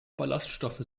ballaststoffe